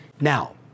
Now